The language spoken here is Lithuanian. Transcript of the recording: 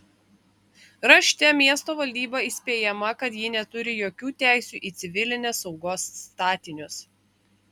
rašte miesto valdyba įspėjama kad ji neturi jokių teisių į civilinės saugos statinius